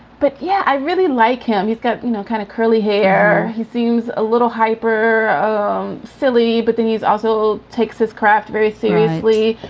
but yeah, i really like him. you've got you know kind of curly hair. he seems a little hyper philly, but then he's also takes his craft very seriously,